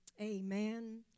Amen